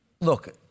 Look